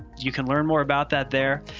you can learn more about that there.